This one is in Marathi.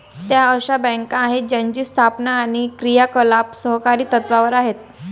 त्या अशा बँका आहेत ज्यांची स्थापना आणि क्रियाकलाप सहकारी तत्त्वावर आहेत